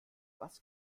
was